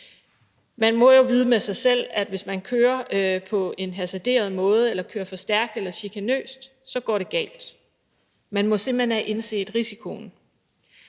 Man må jo vide med sig selv, at hvis man kører på en hasarderet måde eller kører for stærkt eller chikanøst, så går det galt – man må simpelt hen have indset risikoen.